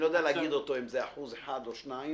אני לא יודע להגיד אותו אם זה אחוז אחד או שניים,